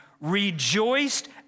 rejoiced